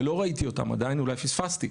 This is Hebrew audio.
ולא ראיתי אותם עדיין, אולי פספסתי.